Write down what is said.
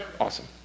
Awesome